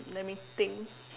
let me think